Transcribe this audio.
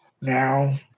Now